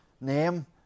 name